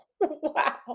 wow